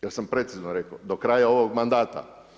Jel sam precizno rekao, do kraja ovog mandata?